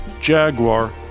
Jaguar